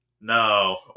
No